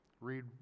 Read